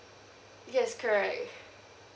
yes correct